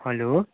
hello